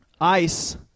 Ice